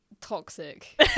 toxic